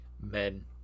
Men